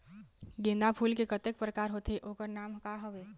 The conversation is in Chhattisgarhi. गेंदा फूल के कतेक प्रकार होथे ओकर नाम का हवे?